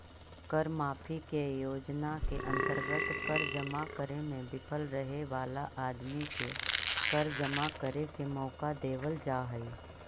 कर माफी के योजना के अंतर्गत कर जमा करे में विफल रहे वाला आदमी के कर जमा करे के मौका देवल जा हई